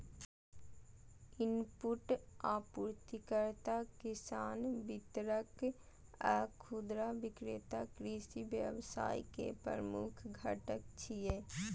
input आपूर्तिकर्ता, किसान, वितरक आ खुदरा विक्रेता कृषि व्यवसाय के प्रमुख घटक छियै